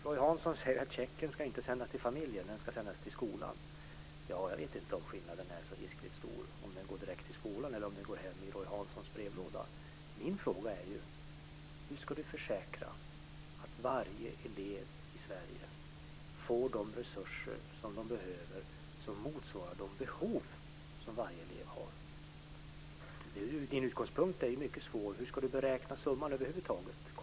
Roy Hansson säger att checken inte ska sändas till familjen utan till skolan. Jag vet inte om skillnaden är så hiskligt stor mellan att checken går direkt till skolan eller om den går till Roy Hanssons brevlåda hemma. Min fråga är: Hur kan Roy Hansson säkerställa att varje elev i Sverige får de resurser som motsvarar de behov som eleven har? Roy Hanssons utgångspunkt är mycket svår. Hur ska summan över huvud taget beräknas?